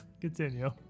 Continue